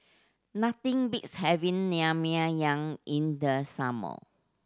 nothing beats having Naengmyeon in the summer